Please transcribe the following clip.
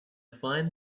find